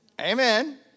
Amen